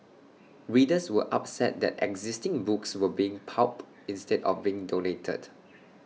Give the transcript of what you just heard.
readers were upset that existing books were being pulped instead of being donated